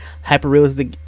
hyper-realistic